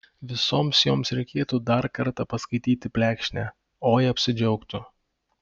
visoms joms reikėtų dar kartą paskaityti plekšnę oi apsidžiaugtų